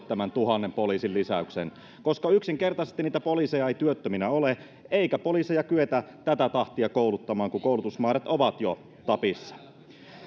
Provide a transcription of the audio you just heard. tämän tuhannen poliisin lisäyksen koska yksinkertaisesti niitä poliiseja ei työttöminä ole eikä poliiseja kyetä tätä tahtia kouluttamaan kun koulutusmäärät ovat jo tapissa